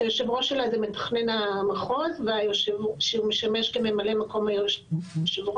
שיושב הראש שלה הוא מתכנן המחוז שמשמש כממלא מקום היו"ר,